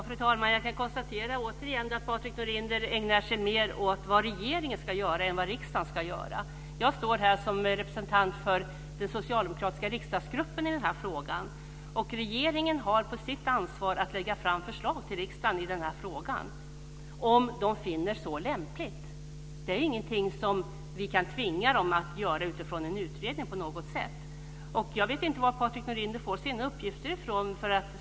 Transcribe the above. Fru talman! Jag kan återigen konstatera att Patrik Norinder ägnar sig mer åt vad regeringen ska göra än vad riksdagen ska göra. Jag står här som representant för den socialdemokratiska riksdagsgruppen i den här frågan. Regeringen har på sitt ansvar att lägga fram förslag till riksdagen i den här frågan om den finner det lämpligt. Vi kan inte tvinga den att göra det utifrån en utredning. Jag vet inte varifrån Patrik Norinder får sina uppgifter.